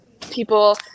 people